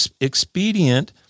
expedient